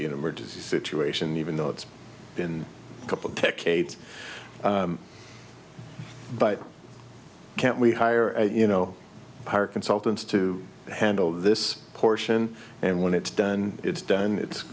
be an emergency situation even though it's been a couple decades but can't we hire you know hire consultants to handle this portion and when it's done it's done it's